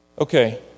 okay